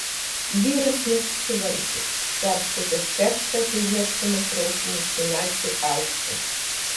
vyras nesusivaldė perskaitęs tekstą apie ieškomą traukinį su nacių auksu